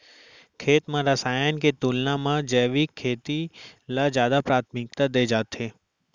खेत मा रसायन के तुलना मा जैविक खेती ला जादा प्राथमिकता दे जाथे